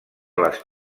les